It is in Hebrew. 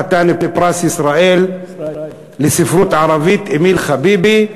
חתן פרס ישראל לספרות ערבית אמיל חביבי,